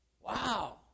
Wow